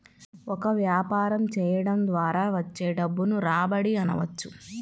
ఒక వ్యాపారం చేయడం ద్వారా వచ్చే డబ్బును రాబడి అనవచ్చు